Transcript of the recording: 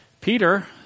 Peter